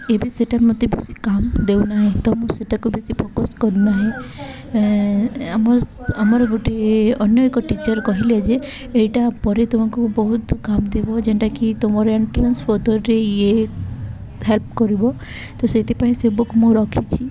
ଏବେ ସେଇଟା ମୋତେ ବେଶୀ କାମ ଦେଉ ନାହିଁ ତ ମୁଁ ସେଇଟାକୁ ବେଶୀ ଫୋକସ୍ କରୁ ନାହିଁ ଆମର ଆମର ଗୋଟିଏ ଅନ୍ୟ ଏକ ଟିଚର୍ କହିଲେ ଯେ ଏଇଟା ପରେ ତୁମକୁ ବହୁତ କାମ ଦେବ ଯେନ୍ଟାକି ତୁମର ଏଣ୍ଟ୍ରାନ୍ସ ପଦରେ ଇଏ ହେଲ୍ପ କରିବ ତ ସେଇଥିପାଇଁ ସେ ବୁକ୍ ମୁଁ ରଖିଛି